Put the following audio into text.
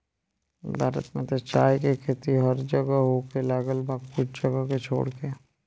भारत में त चाय के खेती अब हर जगह होखे लागल बा कुछ जगह के छोड़ के